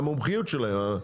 המומחיות שלהם,